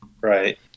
right